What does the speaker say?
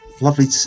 Lovely